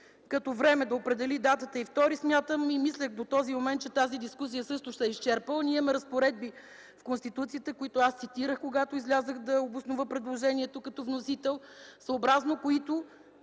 като време да определи датата, мисля, че до този момент дискусията също се е изчерпала. Ние имаме разпоредби в Конституцията, които аз цитирах, когато излязох да обоснова предложението като вносител, съобразно които